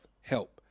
help